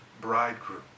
bridegroom